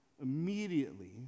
immediately